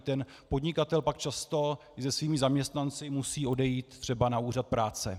Ten podnikatel pak často i se svými zaměstnanci musí odejít třeba na úřad práce.